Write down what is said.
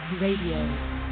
Radio